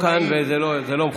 היא לא כאן, וזה לא מכובד.